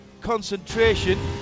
concentration